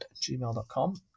gmail.com